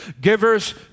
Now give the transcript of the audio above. Givers